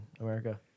America